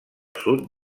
sud